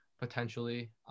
potentially